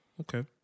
okay